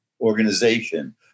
organization